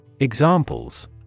Examples